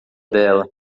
dela